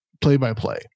play-by-play